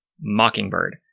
Mockingbird